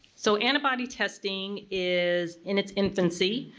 so antibody testing is in its infancy.